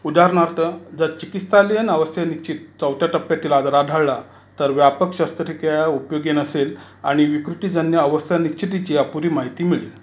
उदाहरणार्थ जर चिकित्सालयीन अवस्थेनिश्चित चौथ्या टप्प्यातील आजार आढाळला तर व्यापक शस्त्रक्रिया उपयोगी नसेल आणि विकृतीजन्य अवस्थानिश्चितेची अपुरी माहिती मिळेल